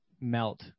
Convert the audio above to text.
melt